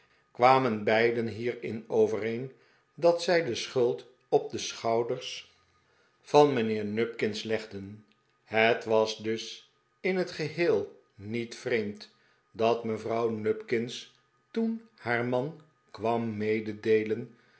kwamen beiden hierin overeen dat zij de schuld op de schouders van mijnheer nupkins legden het was dus in het geheel niet vreemd dat mevrouw nupkins toen haar man kwam mededeelen